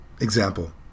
Example